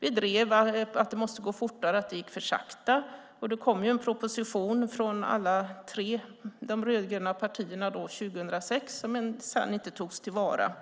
drev vi i Vänsterpartiet att det måste gå fortare och tyckte att det gick för sakta. Och det kom en proposition från alla de tre rödgröna partierna 2006 som sedan inte togs till vara.